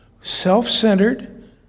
self-centered